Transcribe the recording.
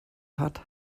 hat